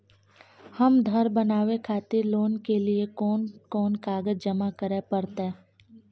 हमरा धर बनावे खातिर लोन के लिए कोन कौन कागज जमा करे परतै?